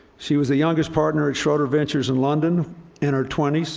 she was the youngest partner at schroder ventures in london in her twenty s.